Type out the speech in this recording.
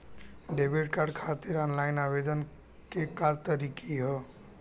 Debit card खातिर online आवेदन के का तरीकि ह?